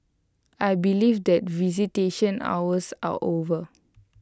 I believe that visitation hours are over